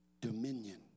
dominion